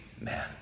man